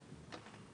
כן.